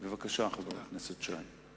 בבקשה, חבר הכנסת שי.